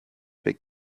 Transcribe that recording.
big